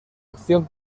acción